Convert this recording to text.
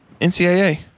NCAA